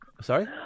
Sorry